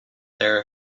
their